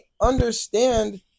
understand